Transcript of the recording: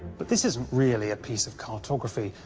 but this isn't really a piece of cartography.